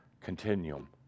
continuum